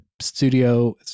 studio